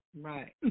Right